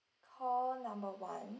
call number one